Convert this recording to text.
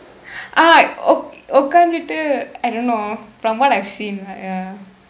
ah uk~ உட்கார்ந்துட்டு:utkaarndthutdu I don't know from what I've seen like ya